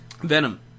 Venom